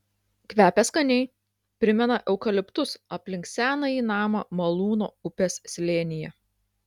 kvepia skaniai primena eukaliptus aplink senąjį namą malūno upės slėnyje